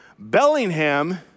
Bellingham